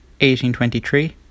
1823